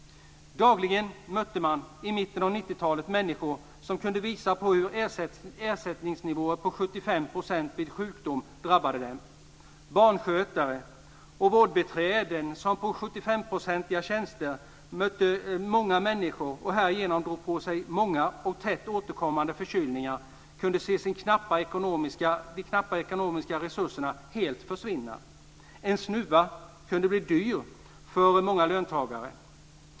Dagligen mötte man under mitten av 90-talet människor som kunde visa på hur ersättningsnivåer på 75 % vid sjukdom drabbade dem. Barnskötare och vårdbiträden, som på 75-procentiga tjänster mötte många människor och härigenom drog på sig många och tätt återkommande förkylningar, kunde se de knappa ekonomiska resurserna helt försvinna. En snuva kunde bli dyr för många löntagare.